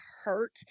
hurt